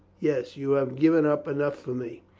yes, you have given up enough for me.